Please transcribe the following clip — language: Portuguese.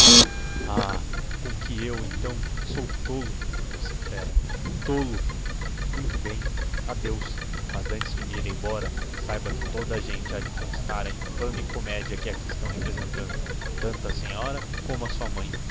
a raiva ah com que eu então sou tolo vociféra tolo muito bem adeus mas antes de me ir embora saiba que a toda a gente ha de constar a infame comédia que aqui estão representando tanto a senhora como sua mãe